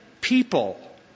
people